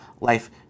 life